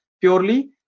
purely